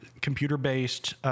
computer-based